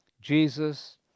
Jesus